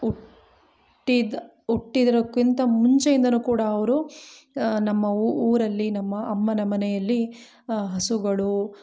ಹುಟ್ಟಿದ ಹುಟ್ಟಿದ್ಕಿಂತ ಮುಂಚೆಯಿಂದ ಕೂಡ ಅವರು ಆ ನಮ್ಮ ಊರಲ್ಲಿ ನಮ್ಮ ಅಮ್ಮನ ಮನೆಯಲ್ಲಿ ಹಸುಗಳು